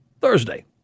Thursday